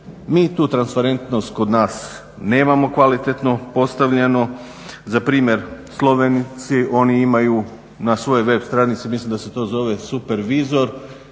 Mi tu transparentnost kod nas nemamo kvalitetno postavljenu. Za primjer, Slovenci imaju na svojoj web stranici, mislim da se to zove supervizor